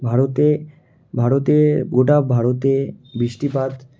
ভারতে ভারতে গোটা ভারতে বৃষ্টিপাত